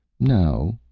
no,